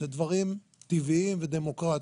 אלה דברים טבעיים ודמוקרטיים.